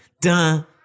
dun